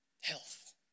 health